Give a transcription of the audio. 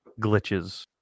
glitches